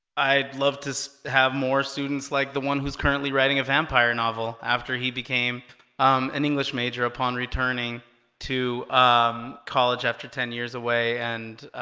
i'd love to have more students like the one who's currently writing a vampire novel after he became um an english major upon returning to um college after ten years away and